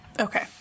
Okay